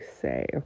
say